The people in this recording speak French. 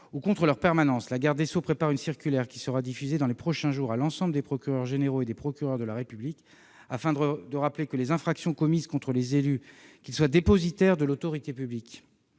ou leur permanence. Ainsi, la garde des sceaux prépare une circulaire, qui sera diffusée dans les prochains jours à l'ensemble des procureurs généraux et des procureurs de la République, afin de rappeler que les infractions commises contre les élus, qu'ils soient dépositaires de l'autorité publique,